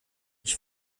ich